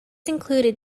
included